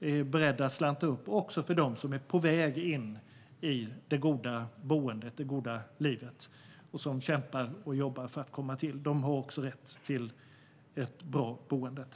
är beredda att slanta upp och för dem som är på väg in i det goda boendet och det goda livet och kämpar för att komma dit.